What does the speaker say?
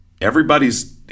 everybody's